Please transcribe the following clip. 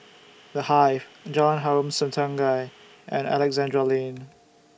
The Hive Jalan Harom Setangkai and Alexandra Lane